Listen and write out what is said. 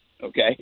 Okay